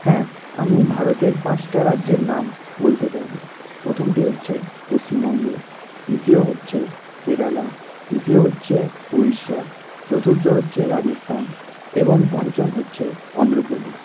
হ্যাঁ আমি ভারতের পাঁচটা রাজ্যের নাম বলতে পারব প্রথমটি হচ্ছে পশ্চিমবঙ্গ দ্বিতীয় হচ্ছে কেরালা তৃতীয় হচ্ছে উড়িষ্যা চতুর্থ হচ্ছে রাজস্থান এবং পঞ্চম হচ্ছে অন্ধ্রপ্রদেশ